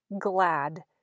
glad